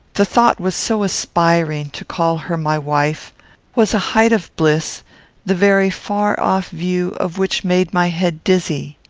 the thought was so aspiring to call her my wife was a height of bliss the very far-off view of which made my head dizzy.